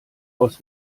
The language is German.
aus